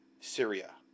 syria